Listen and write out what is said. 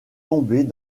tombées